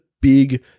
big